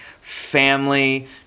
family